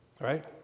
right